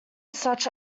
such